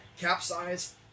capsized